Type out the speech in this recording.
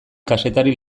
kazetari